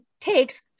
takes